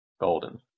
Golden